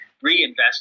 reinvest